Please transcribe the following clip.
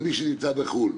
מי שנמצא בחו"ל.